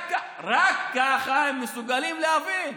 רק ככה הם מסוגלים להבין.